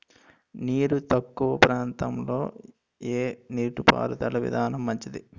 నీరు తక్కువ ప్రాంతంలో ఏ నీటిపారుదల విధానం మంచిది?